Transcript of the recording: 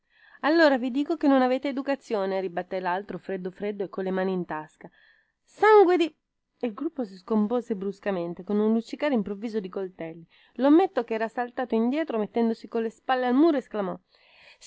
allora vi dico che non avete educazione ribattè laltro freddo freddo e colle mani in tasca sangue di il gruppo si scompose bruscamente con un luccicare improvviso di coltelli lometto chera saltato indietro mettendosi colle spalle al muro esclamò